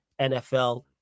NFL